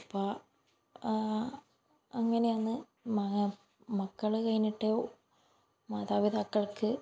ഉപ്പാ അങ്ങനെയാണ് മക മക്കൾ കഴിഞ്ഞിട്ടേ മാതാപിതാക്കൾക്ക്